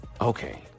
Okay